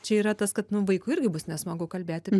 čia yra tas kad nu vaikui irgi bus nesmagu kalbėti